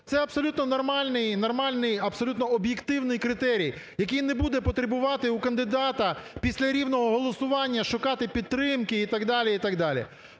Це абсолютно нормальний, абсолютно об'єктивний критерій, який не буде потребувати у кандидата після рівного голосування шукати підтримки і так далі,